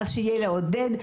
אז שיהיה לעודד",